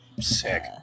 Sick